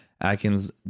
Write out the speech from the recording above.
Atkins